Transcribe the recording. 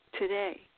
today